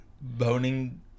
Boning